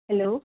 hello